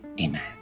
Amen